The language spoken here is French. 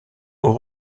aux